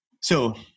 So-